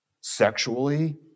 sexually